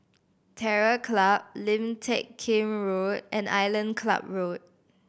Terror Club Lim Teck Kim Road and Island Club Road